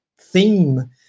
theme